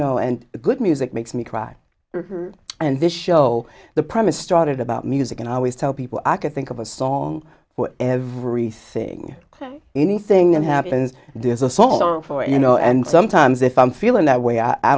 know and good music makes me cry and this show the promise started about music and i always tell people i could think of a song for everything anything that happens there's a song for it you know and sometimes if i'm feeling that way i